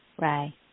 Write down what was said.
Right